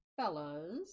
Fellas